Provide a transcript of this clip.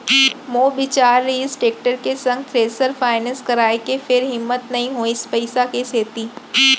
मोर बिचार रिहिस टेक्टर के संग थेरेसर फायनेंस कराय के फेर हिम्मत नइ होइस पइसा के सेती